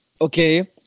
okay